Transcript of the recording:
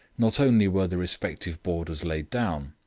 not only were the respective borders laid down,